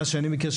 מה שאני מכיר,